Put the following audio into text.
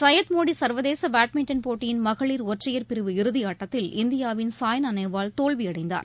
சையத் மோடிசர்வதேசபேட்மின்டன் போட்டியின் மகளிர் ஒற்றையர் பிரிவு இறுதியாட்டத்தில் இந்தியாவின் சாய்னாநேவால் தோல்வியடைந்தார்